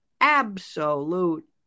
absolute